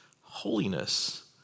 Holiness